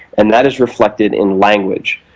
and that is reflected in language,